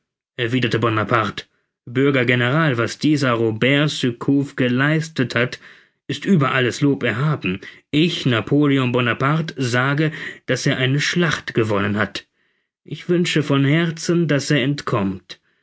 bonaparte bürger general was dieser robert surcouf geleistet hat ist über alles lob erhaben ich napoleon bonaparte sage daß er eine schlacht gewonnen hat ich wünsche von herzen daß er entkommt